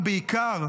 ובעיקר,